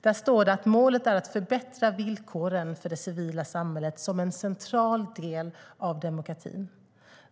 Där står det att målet är att förbättra villkoren för det civila samhället som en central del av demokratin.